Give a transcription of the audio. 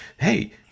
hey